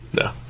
No